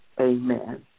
amen